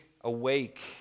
awake